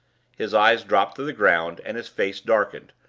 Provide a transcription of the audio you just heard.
his eyes dropped to the ground, and his face darkened,